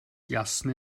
klasse